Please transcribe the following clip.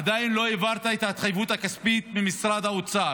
עדיין לא העברת את ההתחייבות הכספית ממשרד האוצר,